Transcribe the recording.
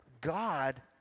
God